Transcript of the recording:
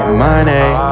money